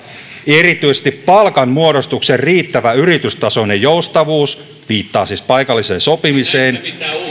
erityisesti palkanmuodostuksen riittävä yritystasoinen joustavuus viittaa siis paikalliseen sopimiseen